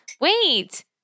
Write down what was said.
Wait